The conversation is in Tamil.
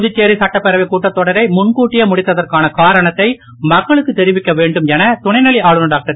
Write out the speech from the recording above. புதுச்சேரி சட்டபேரவைக் கூட்டத் தொடரை முன்கூட்டியே முடித்ததற்கான காரணத்தை மக்களுக்கு தெரிவிக்க வேண்டும் என துணைநிலை ஆளுநர் டாக்டர்